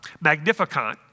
Magnificat